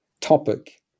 topic